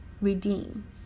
redeem